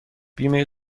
بیمه